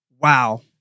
Wow